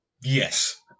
Yes